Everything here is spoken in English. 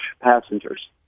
passengers